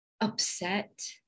upset